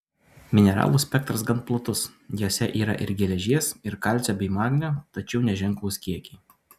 mineralų spektras gan platus jose yra ir geležies ir kalcio bei magnio tačiau neženklūs kiekiai